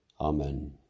Amen